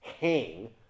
hang